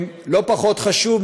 לא פחות חשוב,